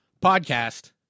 Podcast